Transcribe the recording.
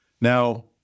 Now